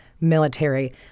military